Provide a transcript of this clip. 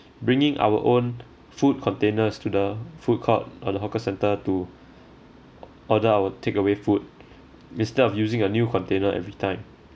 bringing our own food containers to the food court or the hawker centre to order our takeaway food instead of using a new container every time